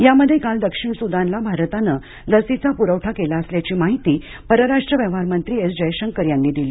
यामध्ये काल दक्षिण सुदानला भारतानं लसीचा पुरवठा केला असल्याची माहिती परराष्ट्र व्यवहार मंत्री एस जयशंकर यांनी दिली